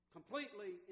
Completely